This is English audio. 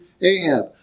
Ahab